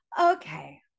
Okay